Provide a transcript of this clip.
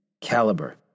Caliber